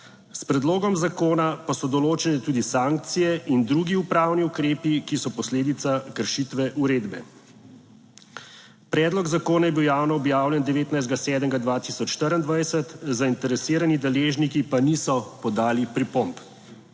predlogom zakona pa so določene tudi sankcije in drugi upravni ukrepi, ki so posledica kršitve uredbe. Predlog zakona je bil javno objavljen. 19. 7. 2024, zainteresirani deležniki pa niso podali pripomb.